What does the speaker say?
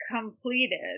completed